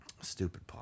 stupid